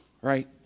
right